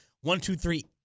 one-two-three